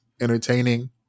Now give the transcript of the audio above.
entertaining